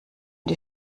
die